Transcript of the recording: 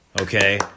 Okay